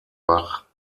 bach